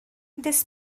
this